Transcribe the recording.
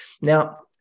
Now